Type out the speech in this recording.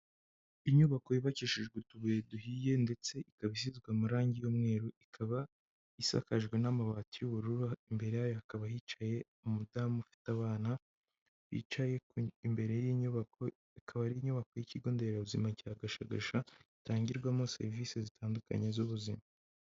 Inyubako yubakishijwe utubuye duhiye ndetse ikaba isizwe amarangi y'umweru, ikaba isakajwe n'amabati y'ubururu, imbere yayo hakaba yicaye umudamu ufite abana bicaye imbere y'iyi nyubako, ikaba ari inyubako y'ikigo nderabuzima cya Gashagasha gitangirwamo serivisi zitandukanye z'ubuzima.